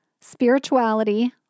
spirituality